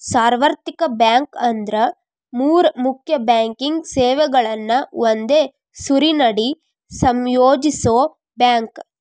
ಸಾರ್ವತ್ರಿಕ ಬ್ಯಾಂಕ್ ಅಂದ್ರ ಮೂರ್ ಮುಖ್ಯ ಬ್ಯಾಂಕಿಂಗ್ ಸೇವೆಗಳನ್ನ ಒಂದೇ ಸೂರಿನಡಿ ಸಂಯೋಜಿಸೋ ಬ್ಯಾಂಕ್